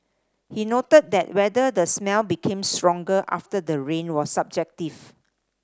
he noted that whether the smell became stronger after the rain was subjective